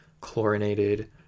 chlorinated